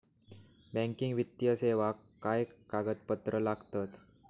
Banking वित्तीय सेवाक काय कागदपत्र लागतत?